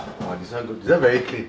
ah this one good this one very clean